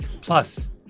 Plus